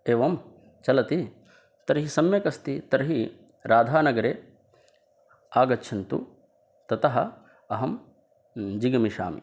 एवं चलति तर्हि सम्यक् अस्ति तर्हि राधानगरे आगच्छन्तु ततः अहं जिगमिषामि